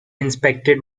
inspected